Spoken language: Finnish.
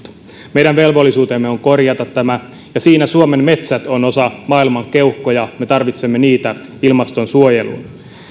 meidän velvollisuutemme on korjata tämä ja siinä suomen metsät ovat osa maailman keuhkoja me tarvitsemme niitä ilmastonsuojeluun